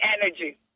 energy